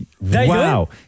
Wow